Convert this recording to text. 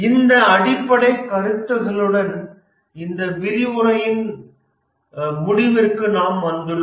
இந்த அடிப்படைக் கருத்துகளுடன் இந்த விரிவுரையின் முடிவிற்கு நாம் வந்துள்ளோம்